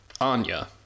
Anya